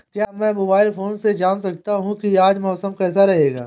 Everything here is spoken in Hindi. क्या मैं मोबाइल फोन से जान सकता हूँ कि आज मौसम कैसा रहेगा?